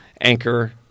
anchor